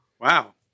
wow